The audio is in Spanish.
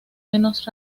menos